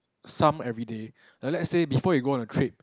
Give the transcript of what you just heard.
some everyday like let's say before you go on a trip